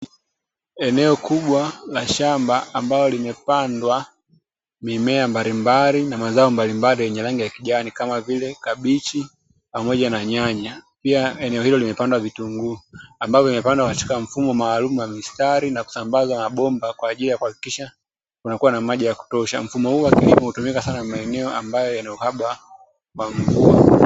Eneo kubwa la shamba ambalo limepandwa mimea mbalimbali na mazao mbalimbali yenye rangi ya kijani kama vile kabichi pamoja na nyanya, pia eneo hilo limepanda vitunguu ambavyo vimepandwa katika mfumo maalumu wa msatari na kusambazwa mabomba kwa ajili ya kuhakikisha panakuwa na maji ya kutosha, mfumo huu hutumika sana kwenye maeneo ambayo yanauhaba wa mvua.